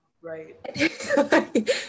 Right